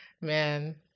man